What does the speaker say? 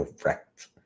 Correct